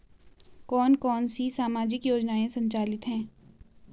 कौन कौनसी सामाजिक योजनाएँ संचालित है?